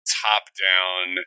top-down